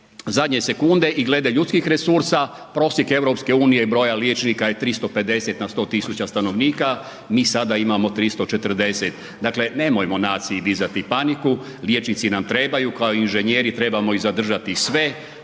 zadnje sekunde i glede ljudskih resursa, prosjek EU i broja liječnika je 350 na 100 000 stanovnika, mi sada imamo 340, dakle nemojmo naciji dizati paniku, liječnici nam trebaju, kao i inženjeri, trebamo ih zadržati sve,